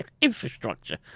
infrastructure